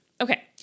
Okay